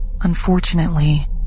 Unfortunately